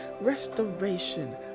restoration